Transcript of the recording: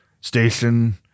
station